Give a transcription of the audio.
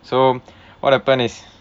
so what happened is